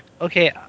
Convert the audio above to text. okay